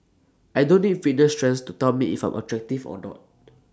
I don't need fitness trends to tell me if I'm attractive or not